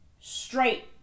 straight